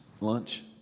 lunch